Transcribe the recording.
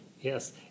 Yes